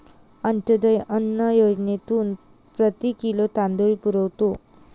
अंत्योदय अन्न योजनेतून प्रति किलो तांदूळ पुरवतो